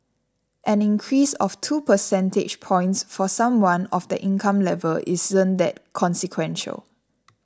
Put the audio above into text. an increase of two percentage points for someone of that income level isn't that consequential